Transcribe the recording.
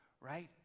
right